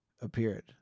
appeared